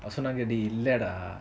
சொன்னாங்க டேய் இல்லடா:sonanaga dei illada